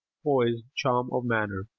poise, charm of manner,